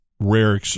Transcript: rare